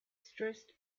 stressed